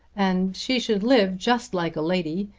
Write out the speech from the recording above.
and she should live just like a lady.